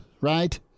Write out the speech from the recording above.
right